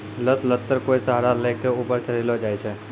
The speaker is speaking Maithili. लत लत्तर कोय सहारा लै कॅ ऊपर चढ़ैलो जाय छै